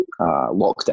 lockdown